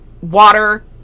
water